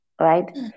right